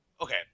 okay